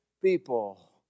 People